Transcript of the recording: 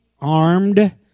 armed